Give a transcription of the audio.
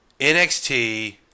NXT